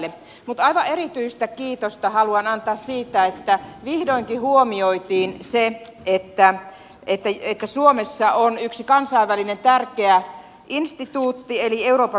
mutta aivan erityistä kiitosta haluan antaa siitä että vihdoinkin huomioitiin se että suomessa on yksi tärkeä kansainvälinen instituutti eli euroopan metsäinstituutti